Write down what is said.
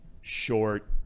short